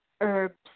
herbs